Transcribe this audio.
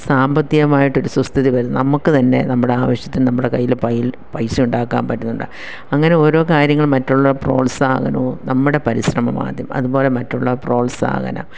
സാമ്പത്തികമായിട്ടൊരു സുസ്ഥിതി വരും നമുക്കു തന്നെ നമ്മുടെ ആവശ്യത്തിന് നമ്മുടെ കയ്യിൽ പൈസ ഉണ്ടാക്കാം പറ്റുന്നുണ്ട് അങ്ങനെ ഓരോ കാര്യങ്ങളും മറ്റുള്ള പ്രോത്സാഹനവും നമ്മുടെ പരിശ്രമമാദ്യം അതുപോലെ മറ്റുള്ള പ്രോത്സാഹനം